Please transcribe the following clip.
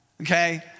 Okay